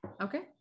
Okay